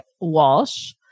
Walsh